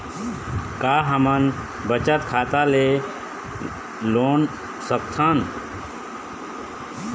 का हमन बचत खाता ले लोन सकथन?